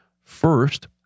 first